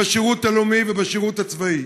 בשירות הלאומי ובשירות הצבאי.